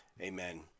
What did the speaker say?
amen